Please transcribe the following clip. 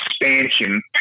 expansion